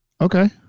Okay